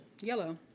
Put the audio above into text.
Yellow